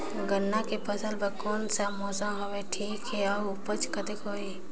गन्ना के फसल बर कोन सा मौसम हवे ठीक हे अउर ऊपज कतेक होही?